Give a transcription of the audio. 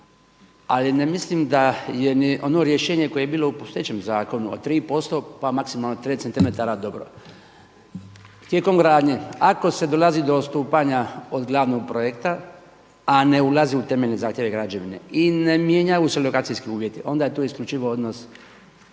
Ali ne mislim da je ni ono rješenje koje je bilo po …/Govornik se ne razumije./… zakonu od 3%, pa maksimalno …/Govornik se ne razumije./… dobro. Tijekom gradnje ako se dolazi do odstupanja od glavnog projekta a ne ulazi u temeljne zahtjeve građevine i ne mijenjaju se lokacijskih uvjeti onda je to isključivo odnos